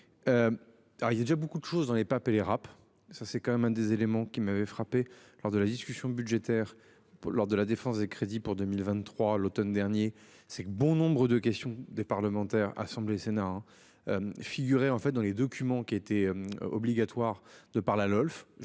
il y a déjà beaucoup de choses, on n'est pas appelé rap ça c'est quand même un des éléments qui m'avait frappé lors de la discussion budgétaire. Lors de la défense des crédits pour 2023 l'Automne dernier c'est que bon nombre de questions des parlementaires, Assemblée, Sénat. Figurer en fait dans les documents qui était obligatoire de par la LOLF